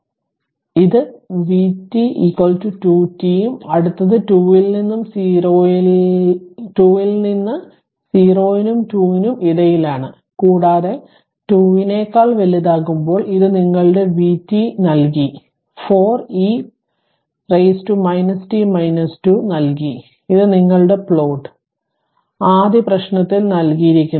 അതിനാൽ ഇത് vt 2 t ഉം അടുത്തത് 2 ൽ നിന്ന് 0 നും 2 നും ഇടയിലാണ് കൂടാതെ 2 നെക്കാൾ വലുതാകുമ്പോൾ ഇത് നിങ്ങളുടെ vt ന് നൽകി 4 e പവറിന് t 2 ഇത് നൽകി ഇത് നിങ്ങളുടെ പ്ലോട്ട് ആദ്യ പ്രശ്നത്തിൽ നൽകിയിരിക്കുന്നത്